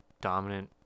dominant